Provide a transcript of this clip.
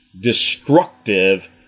destructive